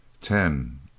Ten